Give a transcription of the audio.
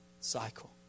cycle